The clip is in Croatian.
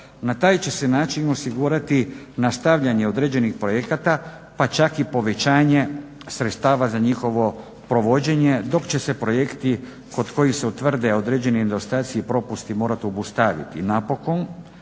Na taj će se način osigurati nastavljanje određenih projekata pa čak i povećanje sredstava za njihovo provođenje dok će se projekti kod kojih se utvrde određeni nedostaci i propusti morati obustaviti. Napokon,